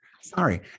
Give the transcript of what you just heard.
Sorry